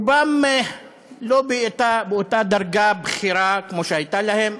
רובם לא באותה דרגה בכירה כמו שהייתה להם